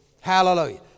Hallelujah